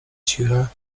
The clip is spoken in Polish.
ciche